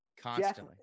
constantly